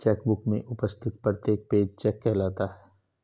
check book में उपस्थित प्रत्येक पेज चेक कहलाता है